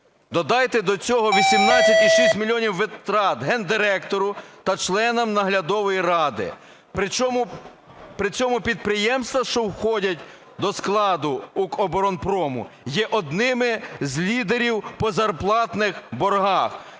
Додайте до цього 18,6 мільйонів витрат Гендиректору та членам наглядової ради. При цьому підприємства, що входять до складу "Укроборонпрому" є одними з лідерів по зарплатних боргах.